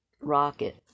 rocket